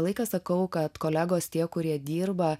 laiką sakau kad kolegos tie kurie dirba